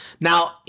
Now